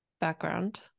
background